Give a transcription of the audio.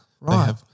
right